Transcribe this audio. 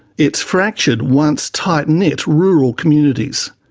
it's fractured once tight-knit rural communities.